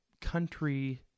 country